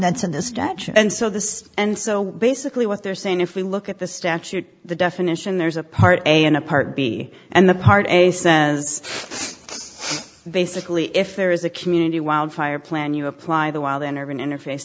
direction and so this and so basically what they're saying if we look at the statute the definition there's a part a and a part b and the part a says basically if there is a community wildfire plan you apply the wild and urban interface